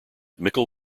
mickle